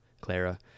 Clara